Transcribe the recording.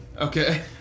Okay